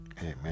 Amen